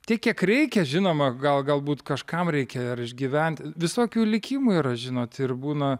tiek kiek reikia žinoma gal galbūt kažkam reikia ar išgyvent visokių likimų yra žinot ir būna